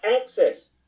access